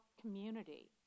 community